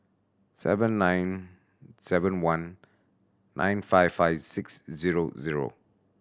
seven nine seven one nine five five six zero zero